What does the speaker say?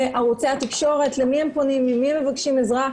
ערוצי התקשורת, למי הם פונים, ממי הם מבקשים עזרה.